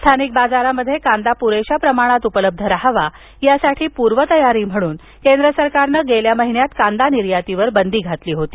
स्थानिक बाजारामध्ये कांदा पुरेशा प्रमाणात उपलब्ध रहावा यासाठी पूर्वतयारी म्हणून केंद्र सरकारनं गेल्या महिन्यात कांदा निर्यातीवर बंदी घातली होती